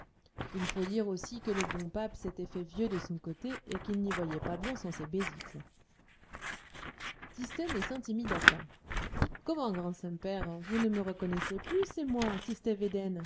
il faut dire aussi que le bon pape s'était fait vieux de son côté et qu'il n'y voyait pas bien sans besicles tistet ne s'intimida pas comment grand saint-père vous ne me reconnaissez plus c'est moi